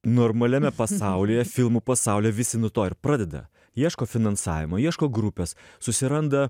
normaliame pasaulyje filmų pasaulyje visi nuo to ir pradeda ieško finansavimo ieško grupės susiranda